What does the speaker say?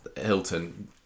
Hilton